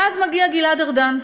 ואז מגיע גלעד ארדן,